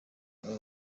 aba